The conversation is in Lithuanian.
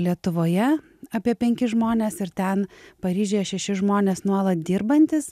lietuvoje apie penkis žmones ir ten paryžiuje šeši žmonės nuolat dirbantys